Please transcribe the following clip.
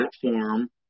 platform